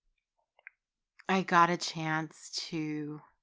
yeah i got a chance to.